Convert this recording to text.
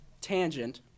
tangent